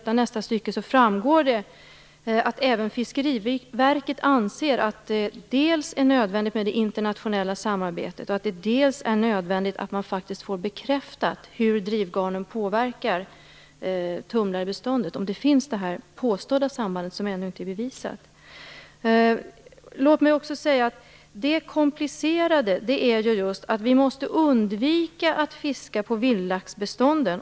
Av nästa stycke framgår nämligen att även Fiskeriverket anser att det dels är nödvändigt med internationellt samarbete, dels är nödvändigt att man faktiskt får bekräftat hur drivgarnen påverkar tumlarbeståndet, om nu det här påstådda samband finns som ännu inte är bevisat. Det som är komplicerat är just att vi måste undvika att fiska på vildlaxbestånden.